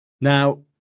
Now